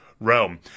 realm